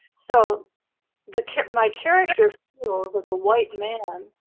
so the kid, my character feels as a white man,